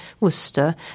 Worcester